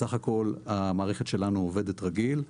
בסך הכול, המערכת שלנו עובדת רגיל.